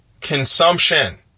consumption